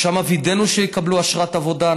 שם וידאנו שיקבלו אשרת עבודה.